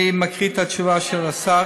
אני מקריא את התשובה של השר.